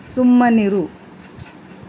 ಸುಮ್ಮನಿರು